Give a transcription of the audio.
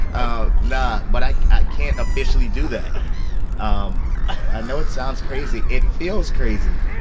ah nah. but i i can't officially do that um i know it sounds crazy. it feels crazy.